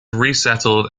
resettled